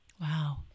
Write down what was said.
Wow